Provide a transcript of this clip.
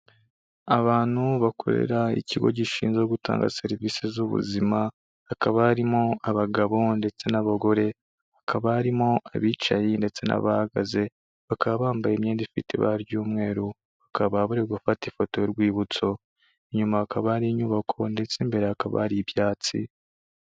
Abantu bakorera ikigo gishinzwe gutanga serivise z'ubuzima, hakaba harimo abagabo ndetse n'abagore, hakaba barimo abicaye ndetse n'abahagaze, bakaba bambaye imyenda ifite ibara ry'umweru, bakaba bari gufata ifoto y'urwibutso. Inyuma hakaba hari inyubako ndetse imbere hakaba hari ibyatsi.